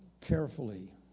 carefully